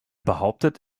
behauptet